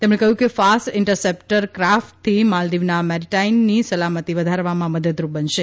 તેમણે કહ્યું કે ફાસ્ટ ઇન્ટરસેપ્ટર ક્રાફટથી માલદીવના મેરીટાઇની સલામતિ વધારવામાં મદદરૂપ બનશે